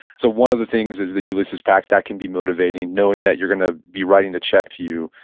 so one of the things is the ulysses pact, that can be motivating, knowing that you're going to be writing a check to you,